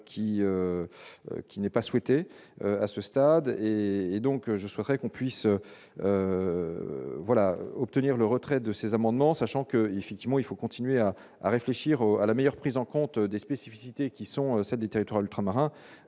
qui n'aient pas souhaité à ce stade et donc je souhaiterais qu'on puisse voilà, obtenir le retrait de ces amendements, sachant que, effectivement, il faut continuer à à réfléchir à la meilleure prise en compte des spécificités qui sont celles d'État et 3 ultramarin,